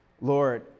Lord